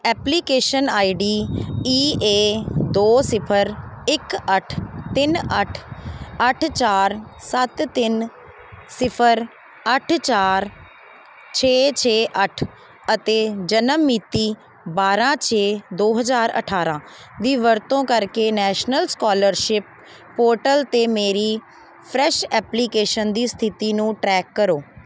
application I D E A ਦੋ ਸਿਫ਼ਰ ਇੱਕ ਅੱਠ ਤਿੰਨ ਅੱਠ ਅੱਠ ਚਾਰ ਸੱਤ ਤਿੰਨ ਸਿਫ਼ਰ ਅੱਠ ਚਾਰ ਛੇ ਛੇ ਅੱਠ ਅਤੇ ਜਨਮ ਮਿਤੀ ਬਾਰਾਂ ਛੇ ਦੋ ਹਜ਼ਾਰ ਅਠਾਰਾਂ ਦੀ ਵਰਤੋਂ ਕਰਕੇ ਨੈਸ਼ਨਲ ਸਕੋਲਰਸ਼ਿਪ ਪੋਰਟਲ 'ਤੇ ਮੇਰੀ ਫਰੈਸ਼ ਐਪਲੀਕੇਸ਼ਨ ਦੀ ਸਥਿਤੀ ਨੂੰ ਟਰੈਕ ਕਰੋ